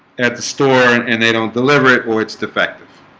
at the store, and and they don't deliver it or it's defective